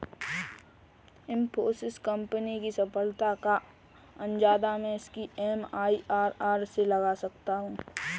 Infosys company की सफलता का अंदाजा मैं इसकी एम.आई.आर.आर से लगा सकता हूँ